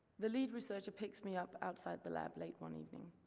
the lead researcher picks me up outside the lab late one evening.